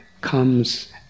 comes